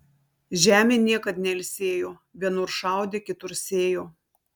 žemė niekad neilsėjo vienur šaudė kitur sėjo